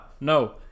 no